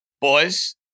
Boys